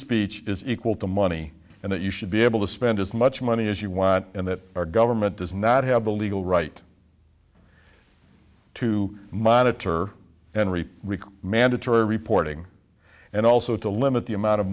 speech is equal to money and that you should be able to spend as much money as you want and that our government does not have the legal right to monitor and rip require mandatory reporting and also to limit the amount of